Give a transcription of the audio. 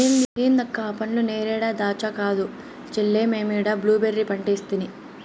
ఏంది అక్క ఆ పండ్లు నేరేడా దాచ్చా కాదు చెల్లే మేమీ ఏడు బ్లూబెర్రీ పంటేసితిని